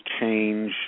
change